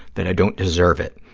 that i don't deserve it,